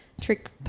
trick